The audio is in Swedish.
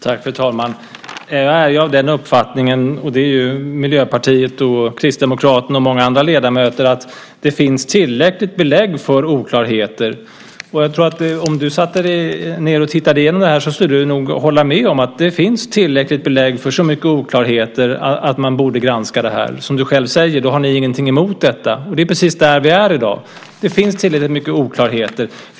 Fru talman! Jag är av den uppfattningen, och det är miljöpartister, kristdemokrater och många andra ledamöter, att det finns tillräckligt belägg för oklarheter. Jag tror att om du satte dig ned och tittade igenom det här, skulle du nog hålla med om att det finns tillräckligt belägg för så mycket oklarheter att man borde granska det här, och som du själv säger har ni ingenting emot detta. Och det är precis där vi är i dag. Det finns tillräckligt mycket oklarheter.